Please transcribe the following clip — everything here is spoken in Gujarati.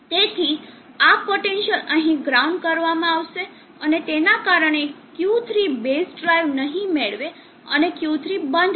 તેથી આ પોટેન્સિઅલ અહીં ગ્રાઉન્ડ કરવામાં આવશે અને તેના કારણે Q3 બેઝ ડ્રાઇવ નહીં મેળવે અને Q3 બંધ થશે